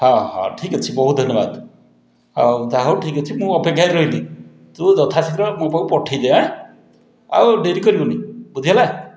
ହଁ ହଁ ଠିକ ଅଛି ବହୁତ ଧନ୍ୟବାଦ ଆଉ ଯା ହେଉ ଠିକ ଅଛି ମୁଁ ଅପେକ୍ଷାରେ ରହିଲି ତୁ ଯଥାଶୀଘ୍ର ମୋ ପାଖକୁ ପଠେଇ ଦେ ଆଉ ଡେରି କରିବୁନି ବୁଝି ହେଲା